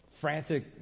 frantic